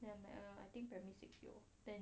then like uh I think primary six 有 then